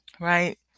right